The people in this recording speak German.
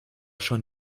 schon